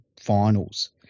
finals